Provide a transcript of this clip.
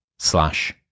Slash